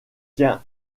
tient